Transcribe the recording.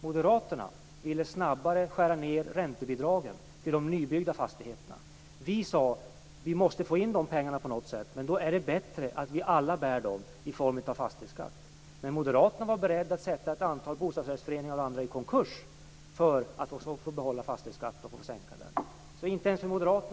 Moderaterna ville snabbare skära ned räntebidragen till de nybyggda fastigheterna. Vi sade: Vi måste få in de pengarna på något sätt, men då är det bättre att vi alla bär dem i form av fastighetsskatt. Moderaterna var beredda att sätta ett antal bostadsrättsföreningar och andra i konkurs för att folk skulle få behålla fastighetsskatten och sänka den.